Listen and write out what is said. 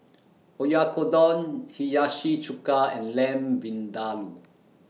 Oyakodon Hiyashi Chuka and Lamb Vindaloo